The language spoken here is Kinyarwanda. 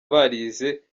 barize